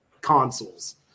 consoles